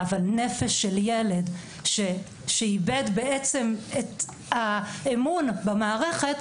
אבל נפש של ילד שאיבד בעצם את האמון במערכת,